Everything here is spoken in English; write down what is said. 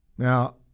Now